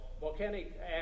volcanic